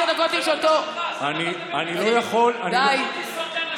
אני לא יכול, מה זה קשור.